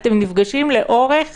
אתם נפגשים לאורך